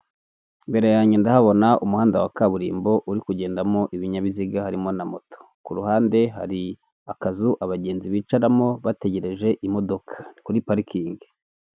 Imbere yanjye ndahabona umuhanda wa kaburimbo uri kugendamo ibinyabiziga harimo na moto ku ruhande hari akazu abagenzi bicaramo bategereje imodoka kuri parikingi.